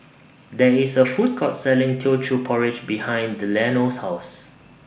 There IS A Food Court Selling Teochew Porridge behind Delano's House